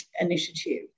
initiative